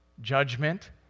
judgment